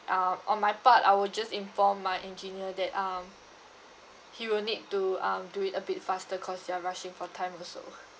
um on my part I will just inform my engineer that um he will need to um do it a bit faster cause you're rushing for time also